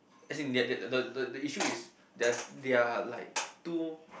as in that the the the issue is theirs their like too